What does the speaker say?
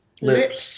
lips